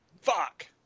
fuck